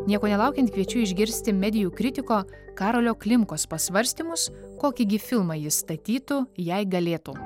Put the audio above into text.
nieko nelaukiant kviečiu išgirsti medijų kritiko karolio klimkos pasvarstymus kokį gi filmą jis statytų jei galėtų